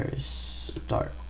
start